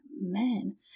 men